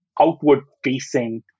outward-facing